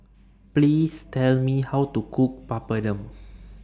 Please Tell Me How to Cook Papadum